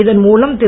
இதன் மூலம் திரு